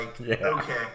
okay